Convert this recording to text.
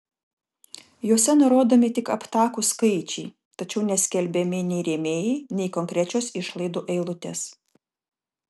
jose nurodomi tik aptakūs skaičiai tačiau neskelbiami nei rėmėjai nei konkrečios išlaidų eilutės